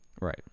Right